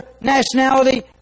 nationality